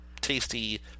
tasty